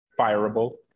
fireable